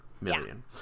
million